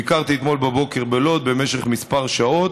ביקרתי אתמול בבוקר בלוד במשך כמה שעות.